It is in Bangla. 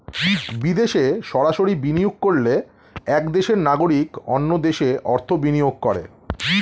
বিদেশে সরাসরি বিনিয়োগ করলে এক দেশের নাগরিক অন্য দেশে অর্থ বিনিয়োগ করে